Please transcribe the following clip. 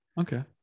Okay